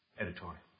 editorial